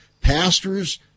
pastors